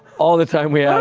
all the time we